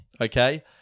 okay